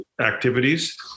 activities